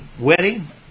wedding